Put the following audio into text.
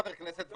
חבר הכנסת,